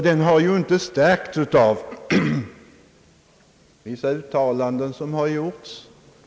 Den har inte heller stärkts av vissa uttalanden som senare gjorts.